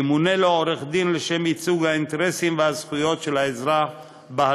ימונה לו עורך-דין לשם ייצוג האינטרסים והזכויות שלו בהליך.